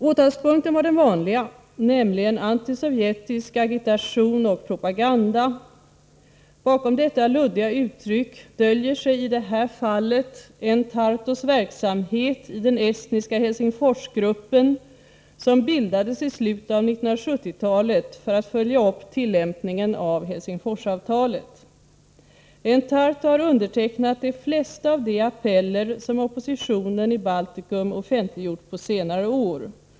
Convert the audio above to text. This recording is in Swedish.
Åtalspunkten var den vanliga, nämligen ”antisovjetisk agitation och propaganda”. Bakom detta luddiga uttryck döljer sig i det här fallet Enn Tartos verksamhet i den estniska Helsingforsgruppen, som bildades i slutet av 1970-talet för att följa upp tillämpningen av Helsingforsavtalet. Enn Tarto har undertecknat de flesta av de appeller som oppositionen i Baltikum offentliggjort på senare år.